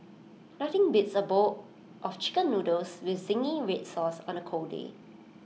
nothing beats A bowl of Chicken Noodles with Zingy Red Sauce on A cold day